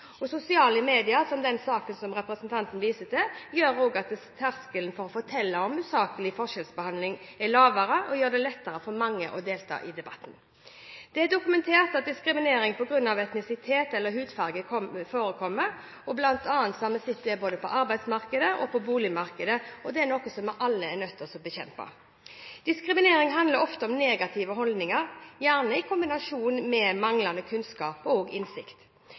Sosiale medier, som i den saken som representanten viser til, gjør også at terskelen for å fortelle om usaklig forskjellsbehandling er lavere og gjør det lettere for mange å delta i debatten. Det er dokumentert at diskriminering på grunn av etnisitet eller hudfarge forekommer, bl.a. har vi sett det både på arbeidsmarkedet og på boligmarkedet, og det er noe vi alle er nødt til å bekjempe. Diskriminering handler ofte om negative holdninger, gjerne i kombinasjon med manglende kunnskap og innsikt.